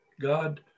God